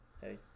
hey